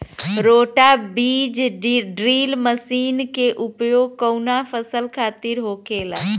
रोटा बिज drill machine के उपयोग कऊना फसल खातिर होखेला?